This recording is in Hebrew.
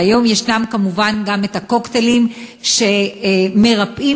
והיום יש כמובן גם הקוקטיילים שמרפאים